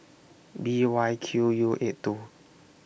B Y Q U eight two